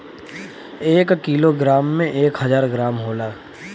एक kilogram में एक हजार ग्राम होला